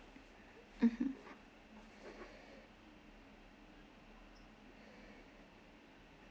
mmhmm